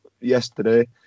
yesterday